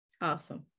Awesome